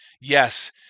yes